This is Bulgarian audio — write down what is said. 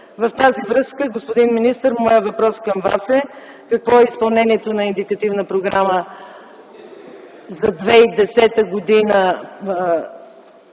В тази връзка, господин министър, моят въпрос към Вас е: какво е изпълнението на Индикативната програма за 2010 г.,